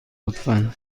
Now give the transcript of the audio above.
لطفا